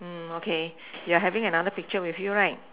okay you are having another picture with you right